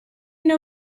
know